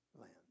land